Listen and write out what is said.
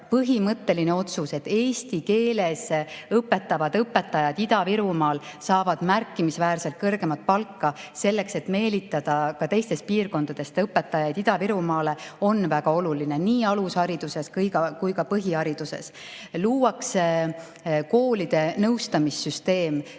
põhimõtteline otsus, et eesti keeles õpetavad õpetajad Ida-Virumaal saavad märkimisväärselt kõrgemat palka – seda selleks, et meelitada ka teistest piirkondadest õpetajaid Ida-Virumaale –, on väga oluline nii alushariduses kui ka põhihariduses. Luuakse koolide nõustamise süsteem